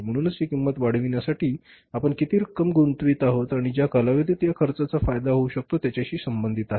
म्हणूनच ही किंमत वाढविण्यासाठी आपण किती रक्कम गुंतवित आहोत आणि ज्या कालावधीत या खर्चाचा फायदा होऊ शकतो त्याच्याशी संबंधित आहे